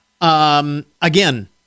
Again